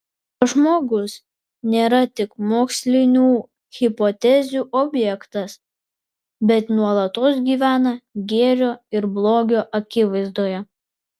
žmogus nėra tik mokslinių hipotezių objektas bet nuolatos gyvena gėrio ir blogio akivaizdoje